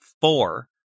four